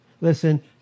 Listen